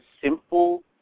simple